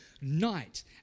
night